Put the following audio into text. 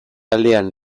aldean